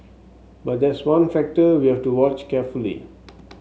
but that's one factor we have to watch carefully